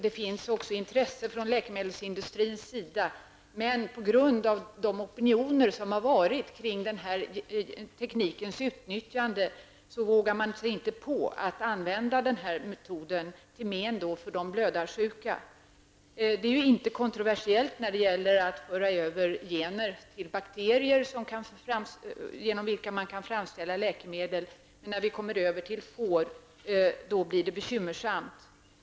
Det finns också intresse från läkemedelsindustrins sida, men på grund av de opinioner som har varit kring den här teknikens utnyttjande vågar man sig inte på att använda den här metoden, till men för de blödarsjuka. Det är inte kontroversiellt att föra över gener till bakterier genom vilka man kan framställa läkemedel, men när vi kommer över till får blir det bekymmersamt.